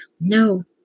No